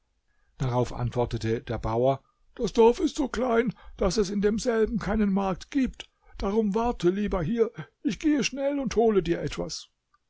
darauf antwortete der bauer das dorf ist so klein daß es in demselben keinen markt gibt darum warte lieber hier ich gehe schnell und hole dir etwas